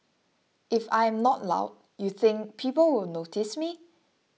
if I am not loud you think people will notice me